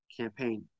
campaign